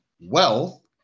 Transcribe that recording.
wealth